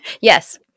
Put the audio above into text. Yes